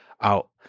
out